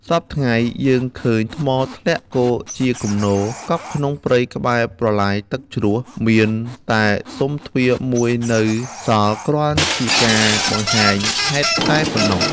សព្វថ្ងៃយើងឃើញថ្មធ្លាក់គរជាគំនរ កប់ក្នុងព្រៃក្បែរប្រឡាយទឹកជ្រោះ មានតែស៊ុមទ្វារមួយនៅសល់គ្រាន់ជាការបង្ហាញហេតុតែប៉ុណ្ណោះ ។